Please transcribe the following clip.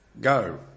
Go